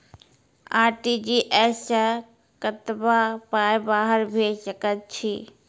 RTGS सअ कतबा पाय बाहर भेज सकैत छी?